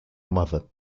mother